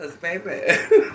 baby